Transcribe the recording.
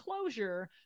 closure